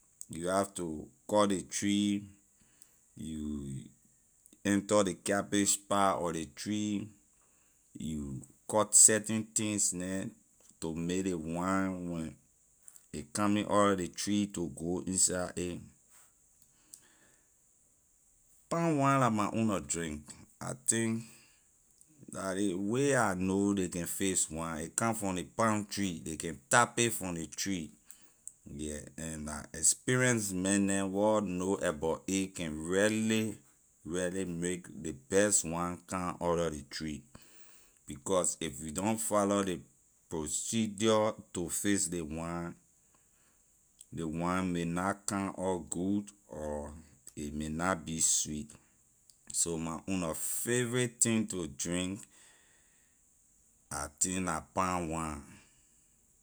You have to cut ley tree you enter ley cabbage part of ley tree you cut certain things neh to may ley wine when a coming out lor ley tree to go inside a palm wine la my own nor drink I think la ley way I know la ley can fix wine a come from ley palm tree ley can tap a from ley tree yeah and la experience man neh wor know abor a can really really make ley best wine come out lor ley tree because if you don’t follow ley procedure to fix ley wine ley wine may na come out good or a may not be sweet so my own nor favorite thing to drink I think la palm wine.